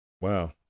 Wow